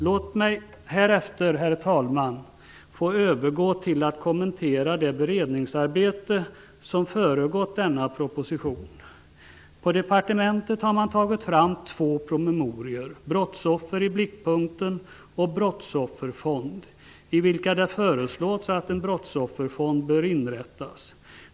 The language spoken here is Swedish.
Låt mig härefter, herr talman, få övergå till att kommentera det beredningsarbete som har föregått denna proposition. På departementet har man tagit fram två promemorior, Brottsoffer i blickpunkten och Brottsofferfond, i vilka det föreslås att en brottsofferfond bör inrättas.